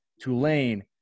Tulane